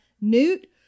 Newt